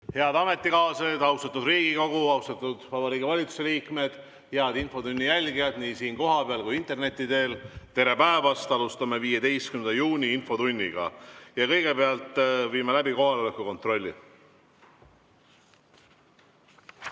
Head ametikaaslased! Austatud Riigikogu! Austatud Vabariigi Valitsuse liikmed! Head infotunni jälgijad nii siin kohapeal kui ka interneti teel! Tere päevast! Alustame 15. juuni infotundi ja kõigepealt viime läbi kohaloleku kontrolli. Head